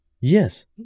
Yes